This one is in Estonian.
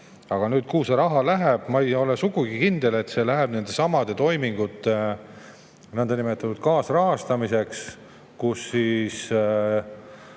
Aga kuhu see raha läheb? Ma ei ole sugugi kindel, et see läheb nendesamade toimingute nõndanimetatud kaasrahastamiseks, kus